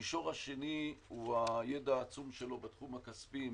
המישור השני הוא הידע העצום שלו בתחום הכספי.